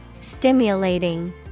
Stimulating